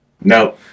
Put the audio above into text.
No